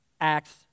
Acts